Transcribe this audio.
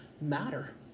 matter